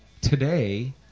today